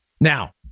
Now